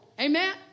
Amen